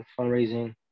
fundraising